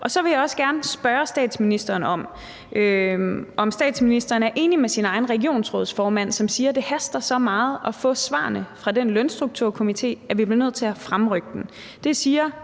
Så vil jeg også gerne spørge statsministeren, om statsministeren er enig med sin egen regionsrådsformand, som siger, at det haster så meget at få svarene fra den Lønstrukturkomité, at vi bliver nødt til at fremrykke den. Det sagde